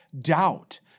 doubt